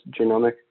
genomic